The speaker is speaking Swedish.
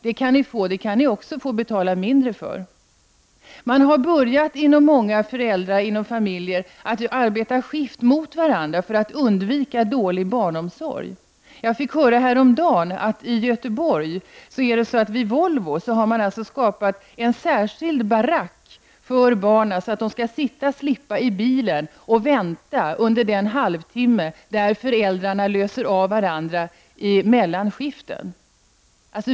Det kan ni också få betala mindre för. I många familjer har man börjat arbeta skift mot varandra för att undvika dålig barnomsorg. Jag fick höra häromdagen att man i Göteborg, vid Volvo, har skapat en särskild barack för barnen, så att de skall slippa sitta i bilen och vänta under den halvtimme då föräldrarna löser av varandra mellan skiften.